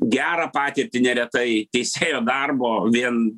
gerą patirtį neretai teisėjo darbo vien